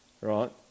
right